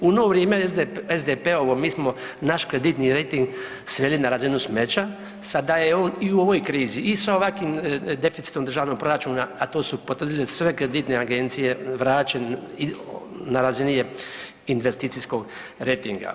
U ono vrijeme SDP-ovo mi smo naš kreditni rejting sveli na razinu smeća sada je on i u ovoj krizi i sa ovakvim deficitom državnog proračuna, a to su potvrdile sve kreditne agencije, vraćen i na razini je investicijskog rejtinga.